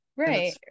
Right